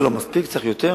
זה לא מספיק, צריך יותר.